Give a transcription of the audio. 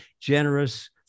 generous